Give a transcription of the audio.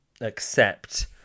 accept